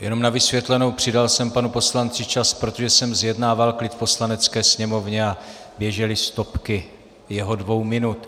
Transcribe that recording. Jenom na vysvětlenou přidal jsem panu poslanci čas, protože jsem zjednával klid v Poslanecké sněmovně a běžely stopky jeho dvou minut.